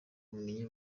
bumenyi